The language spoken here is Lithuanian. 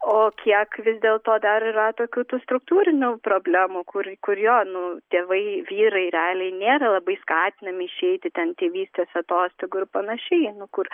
o kiek vis dėlto dar yra tokių tų struktūrinių problemų kur jo nu tėvai vyrai realiai nėra labai skatinami išeiti ten tėvystės atostogų ir panašiai nu kur